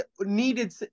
needed